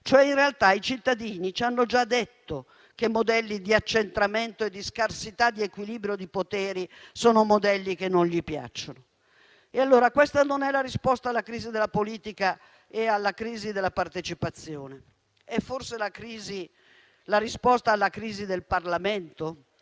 voto. In realtà, i cittadini ci hanno già detto che i modelli di accentramento e di scarsità di equilibrio di poteri a loro non piacciono. Allora questa non è la risposta alla crisi della politica e alla crisi della partecipazione. È forse la risposta alla crisi del Parlamento?